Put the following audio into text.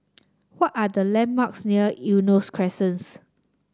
what are the landmarks near Eunos Crescent